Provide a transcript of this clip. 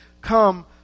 come